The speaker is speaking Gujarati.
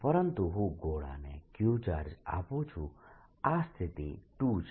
પરંતુ હું ગોળાને q ચાર્જ આપું છું આ સ્થિતિ 2 છે